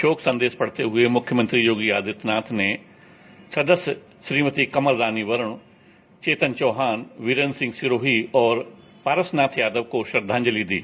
शोक संदेश पढ़ते हुए मुख्यमंत्री योगी आदित्यनाथ ने सदस्य श्रीमती कमल रानी वरुण चेतन चौहान वीरेन सिंह सिरोही और पारसनाथ यादव को श्रद्वांजलि दी